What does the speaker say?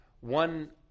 one